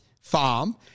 farm